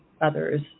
others